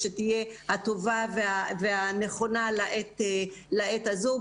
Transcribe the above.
שתהיה הטובה והנכונה לעת הזו.